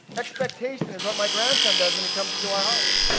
expectation is what my grandson does when he comes into our house.